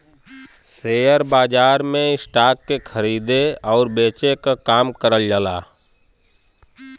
share बाजार में stock के खरीदे आउर बेचे क काम करल जाला